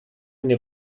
eine